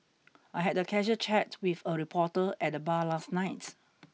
I had a casual chat with a reporter at the bar last night